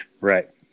Right